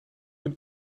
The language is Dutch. een